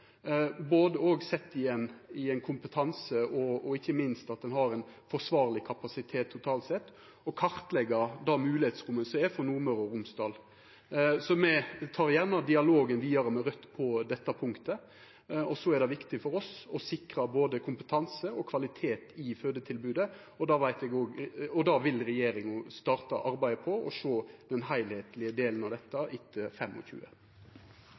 kompetanse og at ein har forsvarleg kapasitet totalt sett – å kartleggja det moglegheitsrommet som er for Nordmøre og Romsdal. Me tar gjerne dialogen vidare med Raudt på dette punktet. Det er viktig for oss å sikra både kompetanse og kvalitet i fødetilbodet. Det vil regjeringa starte arbeidet med og sjå den heilskaplege delen av etter